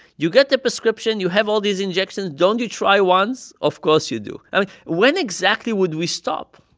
you get the prescription. you have all these injections. don't you try once? once? of course you do. i mean, when exactly would we stop?